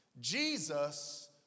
jesus